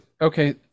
Okay